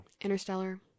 Interstellar